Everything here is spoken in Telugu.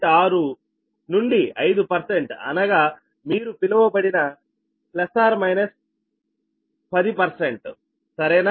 6 to 5 అనగా మీరు పిలవబడిన 10 సరేనా